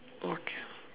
okay